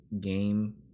game